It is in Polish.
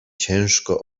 ciężko